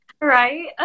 right